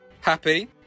Happy